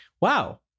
Wow